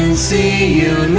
c a